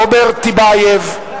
רוברט טיבייב,